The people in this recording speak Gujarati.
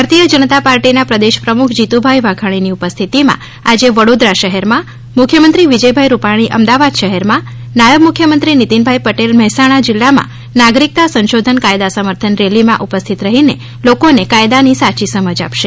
ભારતીય જનતા પાર્ટીના પ્રદેશ પ્રમુખ શ્રી જીતુભાઇ વાઘાણીની ઉપસ્થિતીમાં આજે વડોદરા શહેરમાં મુખ્યમંત્રી વિજયભાઇ રૂપાણી અમદાવાદ શહેરમાં નાયબ મુખ્યમંત્રી નિતિનભાઇ પટેલ મહેસાણા જીલ્લામાં નાગરિકતા સંશોધન કાયદા સમર્થન રેલીમાં ઉપસ્થિત રહીને લોકોને કાયદાની સાચી માહિતી આપશે